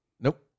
Nope